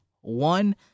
one